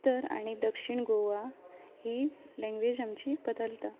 उत्तर आनी दक्षीण गोवा ही लँग्वेज आमची बदलता